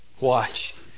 watch